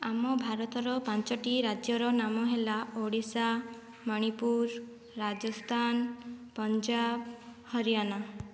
ଆମ ଭାରତର ପାଞ୍ଚଟି ରାଜ୍ୟର ନାମ ହେଲା ଓଡ଼ିଶା ମଣିପୁର ରାଜସ୍ଥାନ ପଞ୍ଜାବ ହରିୟାନା